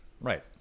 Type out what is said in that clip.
Right